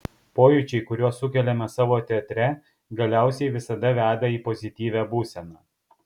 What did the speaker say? pojūčiai kuriuos sukeliame savo teatre galiausiai visada veda į pozityvią būseną